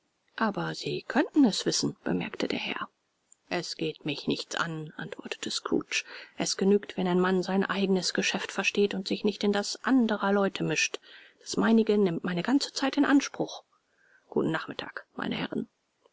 aber sie könnten es wissen bemerkte der herr es geht mich nichts an antwortete scrooge es genügt wenn ein mann sein eigenes geschäft versteht und sich nicht in das anderer leute mischt das meinige nimmt meine ganze zeit in anspruch guten nachmittag meine herren